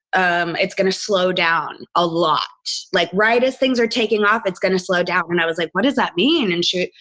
um it's going to slow down a lot. like right at as things are taking off, it's going to slow down. when i was like, what does that mean? and she,